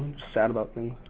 sad about things.